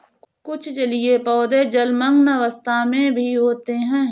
कुछ जलीय पौधे जलमग्न अवस्था में भी होते हैं